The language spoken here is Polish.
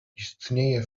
istnieje